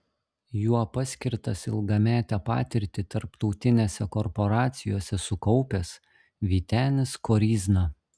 juo paskirtas ilgametę patirtį tarptautinėse korporacijose sukaupęs vytenis koryzna